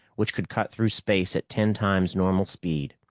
which could cut through space at ten times normal speed.